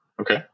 okay